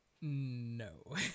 No